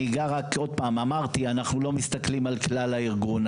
אנחנו לא מסתכלים על כלל הארגון,